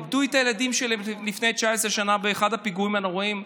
איבדו את הילדים שלהם לפני 19 שנים באחד הפיגועים הנוראיים,